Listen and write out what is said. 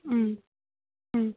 ꯎꯝ ꯎꯝ